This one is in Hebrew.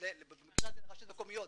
במקרה זה לרשויות מקומיות,